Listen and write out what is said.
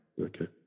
Okay